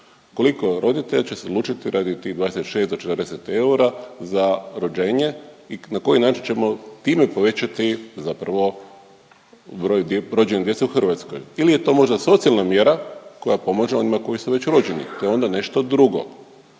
Koliko roditelja će se odlučiti radi tih 26 do 40 eura za rođenje i na koji način ćemo time povećati broj rođene djece u Hrvatskoj ili je to možda socijalna mjera koja pomaže onima koji su već rođeni? To je onda nešto drugo.